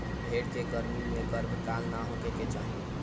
भेड़ के गर्मी में गर्भकाल ना होखे के चाही